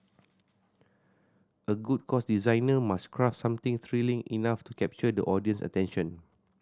a good course designer must craft something thrilling enough to capture the audience's attention